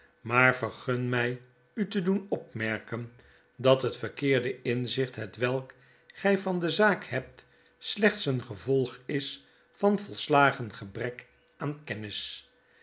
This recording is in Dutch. maar vergun my u te doen opmerken dat het verkeerde inzicht hetwelk gy van de zaak hebt slechts een gevolg is van volslagen gebrek aan